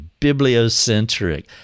bibliocentric